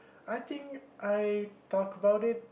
I think I talk about it